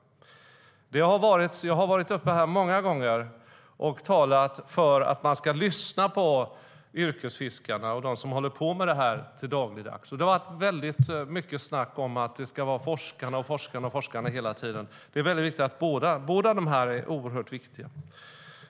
Jag har varit här många gånger och talat för att man ska lyssna på yrkesfiskarna och dem som håller på med detta dagligdags. Det har varit väldigt mycket snack om att det ska vara forskarna hela tiden, men båda är oerhört viktiga.